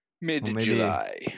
Mid-July